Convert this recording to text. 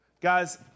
Guys